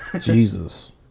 Jesus